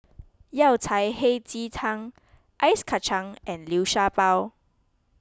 Yao Cai Hei Ji Tang Ice Kacang and Liu Sha Bao